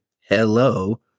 hello